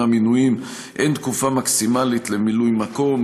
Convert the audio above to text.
(מינויים) אין תקופה מקסימלית למילוי מקום.